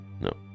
No